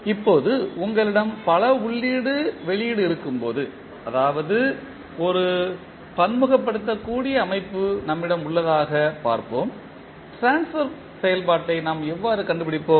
இப்போது உங்களிடம் பல உள்ளீடு வெளியீடு இருக்கும்போது அதாவது ஒரு பன்முகப்படுத்தக்கூடிய அமைப்பு நம்மிடம் உள்ளதாக பார்ப்போம் ட்ரான்ஸ்பர் செயல்பாட்டை நாம் எவ்வாறு கண்டுபிடிப்போம்